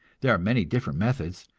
there are many different methods.